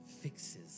fixes